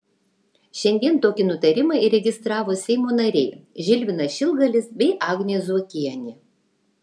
šiandien tokį nutarimą įregistravo seimo nariai žilvinas šilgalis bei agnė zuokienė